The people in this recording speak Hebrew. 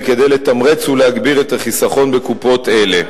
כדי לתמרץ ולהגביר את החיסכון בקופות אלה.